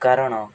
କାରଣ